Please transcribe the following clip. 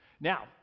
Now